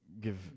give